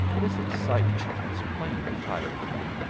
this excitement has plainly tired you.